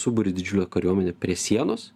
suburi didžiulę kariuomenę prie sienos